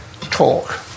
talk